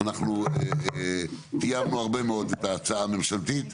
אנחנו טייבנו הרבה מאוד את ההצעה הממשלתית,